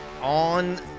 on